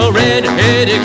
red-headed